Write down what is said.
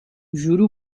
juro